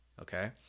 okay